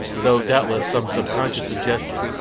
though doubtless some subconscious suggestion,